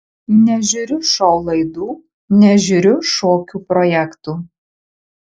nežiūriu šou laidų nežiūriu šokių projektų